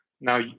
Now